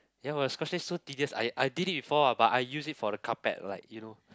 ya but scotch tape so tedious I I did it before but I use it on the carpet like you know